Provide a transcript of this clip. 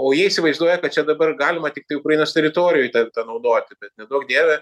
o jie įsivaizduoja kad čia dabar galima tiktai ukrainos teritorijoj tą naudoti bet neduok dieve